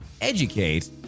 educate